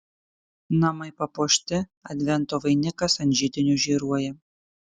namai papuošti advento vainikas ant židinio žėruoja